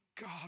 God